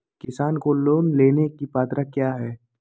किसान को लोन लेने की पत्रा क्या है?